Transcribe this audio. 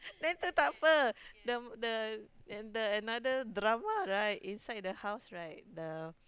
then the tougher the the and the another drama right inside the house right the